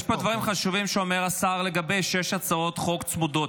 יש פה דברים חשובים שאומר השר לגבי שש הצעות חוק צמודות,